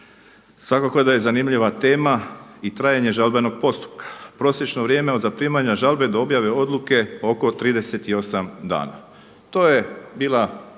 Svakako da je zanimljiva tema i trajanje žalbenog postupka. Prosječno vrijeme od zaprimanja žalbe do objave odluke oko 38 dana. To je bila